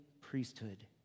priesthood